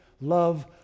love